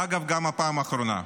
אגב, גם הפעם האחרונה.